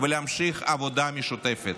ולהמשיך בעבודה משותפת.